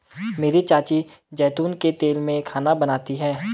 मेरी चाची जैतून के तेल में खाना बनाती है